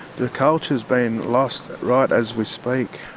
the culture is being lost, right as we speak,